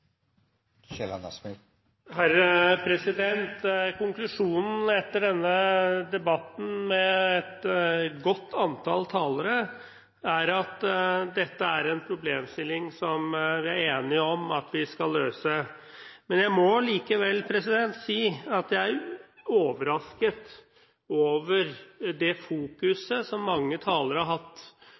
at dette er en problemstilling som vi er enige om at vi skal løse. Jeg må likevel si at jeg er overrasket over det fokuset som mange talere har hatt